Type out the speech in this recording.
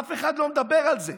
אף אחד לא מדבר על זה.